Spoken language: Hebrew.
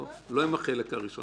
ולצערי הרב במשך שנה